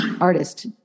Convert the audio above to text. artist